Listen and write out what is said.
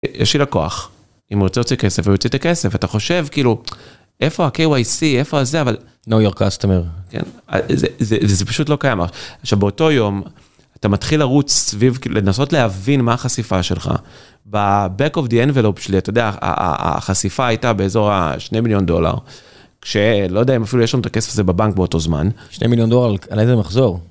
יש לי לקוח, אם הוא רוצה להוציא כסף, הוא יוצא את הכסף, אתה חושב כאילו, איפה ה-KYC, איפה זה, אבל, זה פשוט לא קיים, עכשיו באותו יום, אתה מתחיל לרוץ סביב, לנסות להבין מה החשיפה שלך, בבייק אוף די אנבלופ שלי, אתה יודע, החשיפה הייתה באזור ה-2 מיליון דולר, שלא יודע אם אפילו יש לו את הכסף הזה בבנק באותו זמן, 2 מיליון דולר, על איזה מחזור?